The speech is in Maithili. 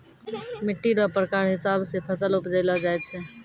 मिट्टी रो प्रकार हिसाब से फसल उपजैलो जाय छै